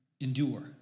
Endure